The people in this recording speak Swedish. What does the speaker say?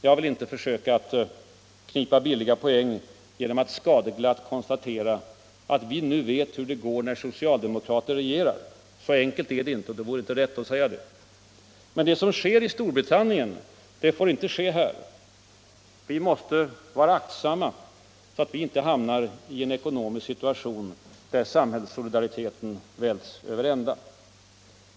Jag vill inte försöka att knipa billiga poäng genom att skadeglatt konstatera att vi nu vet hur det går när socialdemokrater regerar. Så enkelt är det inte, och det vore inte rätt att säga det. Men det som sker i Storbritannien får inte ske här. Vi måste vara aktsamma så att vi inte hamnar i en ekonomisk situation där samhällssolidariteten välts över ända.